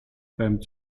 beim